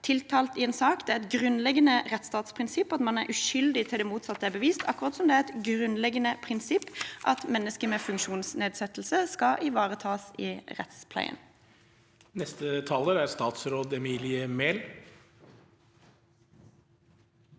tiltalt i en sak. Det er et grunnleggende rettsstatsprinsipp at man er uskyldig til det motsatte er bevist, akkurat som det er et grunnleggende prinsipp at mennesker med funksjonsnedsettelse skal ivaretas i rettspleien. Statsråd Emilie Mehl